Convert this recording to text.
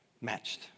matched